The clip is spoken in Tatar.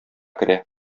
керә